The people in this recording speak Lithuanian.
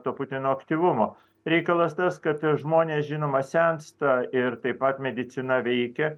to putino aktyvumo reikalas tas kad žmonės žinoma sensta ir taip pat medicina veikia